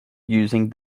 using